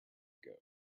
ago